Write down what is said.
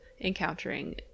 encountering